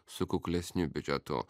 su kuklesniu biudžetu